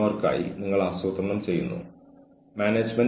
അവർ നിങ്ങളോട് ആക്രോശിച്ചേക്കാം